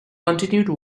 continued